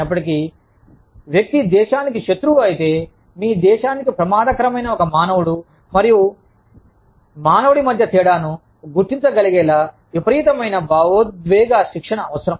అయినప్పటికీ వ్యక్తి దేశానికి శత్రువు అయితే మీ దేశానికి ప్రమాదకరమైన ఒక మానవుడు మరియు మానవుడి మధ్య తేడాను గుర్తించగలిగేలా విపరీతమైన భావోద్వేగ శిక్షణ అవసరం